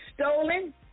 stolen